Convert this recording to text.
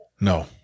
No